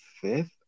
fifth